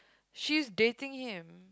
she's dating him